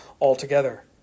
altogether